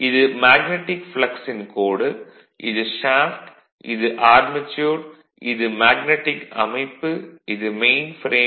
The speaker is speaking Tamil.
இது மேக்னடிக் ப்ளக்ஸின் கோடு இது ஷேஃப்ட் இது ஆர்மெச்சூர் இது மேக்னடிக் அமைப்பு இது மெயின் ஃப்ரேம்